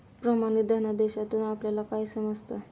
प्रमाणित धनादेशातून आपल्याला काय समजतं?